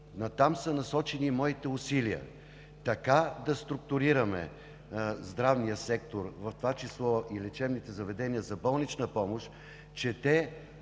усилия са насочени така да структурираме здравния сектор, в това число и лечебните заведения за болнична помощ, че те